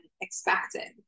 expected